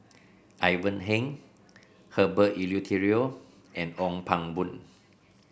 Ivan Heng Herbert Eleuterio and Ong Pang Boon